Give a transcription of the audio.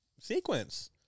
sequence